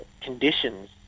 conditions